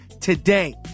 today